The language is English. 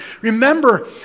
Remember